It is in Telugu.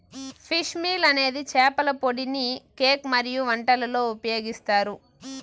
ఫిష్ మీల్ అనేది చేపల పొడిని కేక్ మరియు వంటలలో ఉపయోగిస్తారు